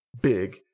big